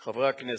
חברי הכנסת,